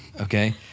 Okay